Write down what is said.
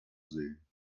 sehen